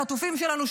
החטופים שלנו,